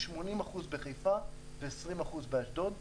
80% בחיפה ו-20% באשדוד.